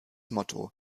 motto